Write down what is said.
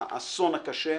האסון הקשה,